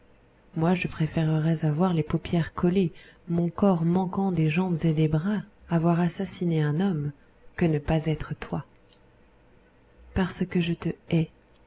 moi je préférerais avoir les paupières collées mon corps manquant des jambes et des bras avoir assassiné un homme que ne pas être toi parce que je te hais